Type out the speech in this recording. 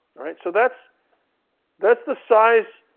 so that's that's the size.